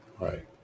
Right